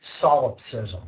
solipsism